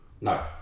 No